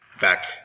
back